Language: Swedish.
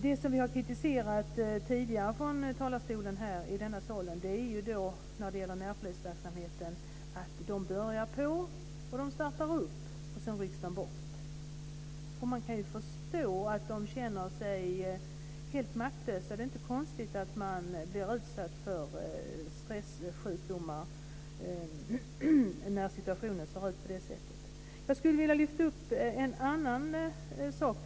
Det som vi har kritiserat tidigare från talarstolen i denna sal när det gäller närpolisverksamheten är ju att den börjar, startar upp och sedan rycks bort. Man kan ju förstå att de känner sig helt maktlösa. Det är inte konstigt att de drabbas av stressjukdomar när situationen ser ut på det sättet. Jag skulle vilja lyfta upp en annan sak.